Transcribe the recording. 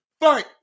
fight